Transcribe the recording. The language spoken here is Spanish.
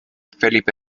felipe